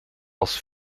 als